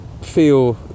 feel